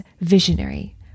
visionary